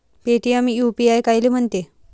Paytm UPI कायले म्हनते?